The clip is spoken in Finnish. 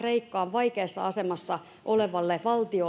vaikeassa asemassa olevalle